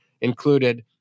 included